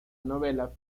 novela